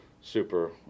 super